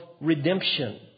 redemption